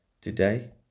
today